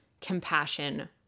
compassion